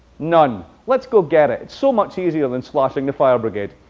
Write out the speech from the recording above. none. let's go get it. it's so much easier than slashing the fire brigade.